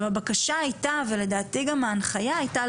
הבקשה הייתה ולדעתי גם ההנחיה הייתה,